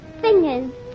Fingers